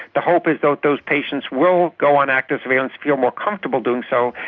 the hope is that those patients will go on active surveillance, feel more comfortable doing so,